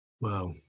Wow